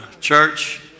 Church